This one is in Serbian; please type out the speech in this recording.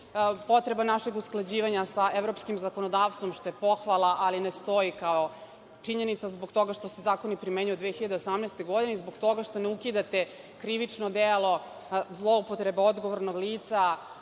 potreba našeg usklađivanja sa evropskim zakonodavstvom, što je pohvala, ali ne stoji kao činjenica zbog toga što se zakoni primenjuju od 2018. godine i zbog toga što ne ukidate krivično delo zloupotreba odgovornog lica